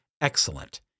excellent